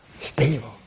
Stable